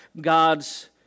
God's